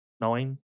nine